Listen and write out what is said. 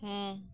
ᱦᱮᱸ